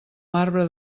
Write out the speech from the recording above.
marbre